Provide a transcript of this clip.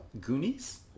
Goonies